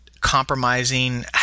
compromising